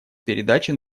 передачи